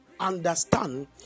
understand